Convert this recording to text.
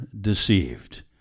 deceived